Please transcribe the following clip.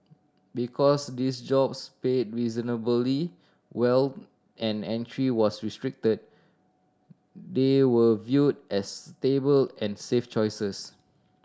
because these jobs paid reasonably well and entry was restricted they were viewed as stable and safe choices